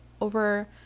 over